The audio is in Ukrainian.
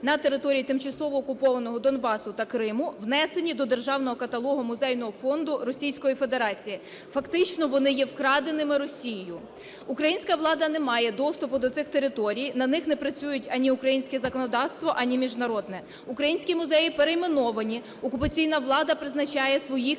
на території тимчасово окупованого Донбасу та Криму внесені до Державного каталогу Музейного фонду Російської Федерації. Фактично вони є вкраденими Росією. Українська влада не має доступу до цих територій, на них не працюють ані українське законодавство, ані міжнародне. Українські музеї перейменовані, окупаційна влада призначає своїх